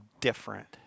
different